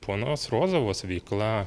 ponios rozovos veikla